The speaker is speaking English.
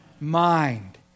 mind